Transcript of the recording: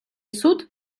суд